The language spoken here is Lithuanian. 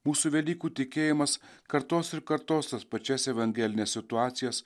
mūsų velykų tikėjimas kartos ir kartos tas pačias evangelines situacijas